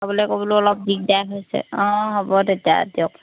যাবলৈ কৰিবলৈও অলপ দিগদাৰ হৈছে অঁ হ'ব তেতিয়া দিয়ক